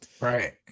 Right